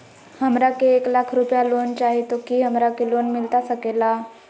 हमरा के एक लाख रुपए लोन चाही तो की हमरा के लोन मिलता सकेला?